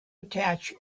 attach